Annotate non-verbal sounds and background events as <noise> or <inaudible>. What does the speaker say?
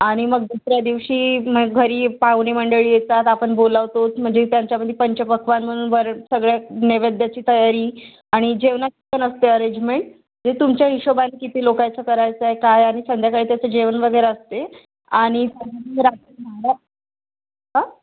आणि मग दुसऱ्या दिवशी मग घरी पाहुणे मंडळी येतात आपण बोलावतोच म्हणजे त्यांच्यामध्ये पंचपक्वान म्हणून वर सगळ्या नैवेद्याची तयारी आणि जेवणाची पण असते अरेजमेंट जे तुमच्या हिशोबाने किती लोकायचं करायचं आहे काय आणि संध्याकाळी त्याचं जेवण वगैरे असते आणि <unintelligible>